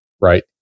right